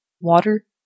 water